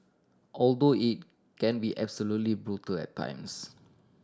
although it can be absolutely brutal at times